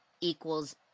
equals